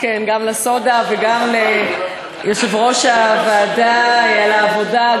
גם לסודה וגם ליושב-ראש הוועדה על העבודה,